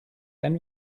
ein